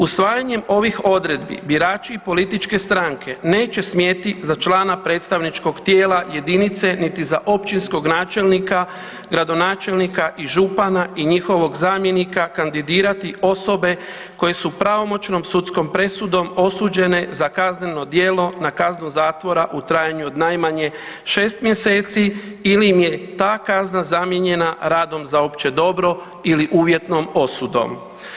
Usvajanjem ovih odredbi birači i političke stranke neće smjeti za člana predstavničkog tijela jedinice niti za općinskog načelnika, gradonačelnika i župana i njihovog zamjenika kandidirati osobe koje su pravomoćnom sudskom presudom osuđene za kazneno djelo na kaznu zatvora u trajanju od najmanje 6 mjeseci ili im je ta kazna zamijenjena radom za opće dobro ili uvjetnom osudom.